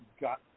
got